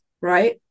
Right